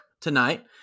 tonight